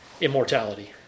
immortality